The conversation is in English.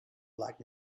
black